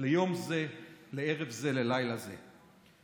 ליום זה, לערב זה, ללילה זה: